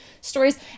stories